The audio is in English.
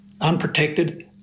unprotected